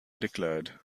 declared